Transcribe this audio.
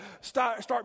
start